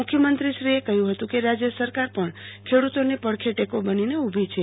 મુખ્યમંત્રીશ્રીએ કહ્યું હતું કે રાજય સરક્રાર ખેડૂતીની પંડખે ટેકો બનીને ઉલી છે